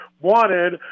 Wanted